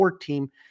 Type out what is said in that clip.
team